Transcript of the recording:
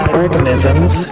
organisms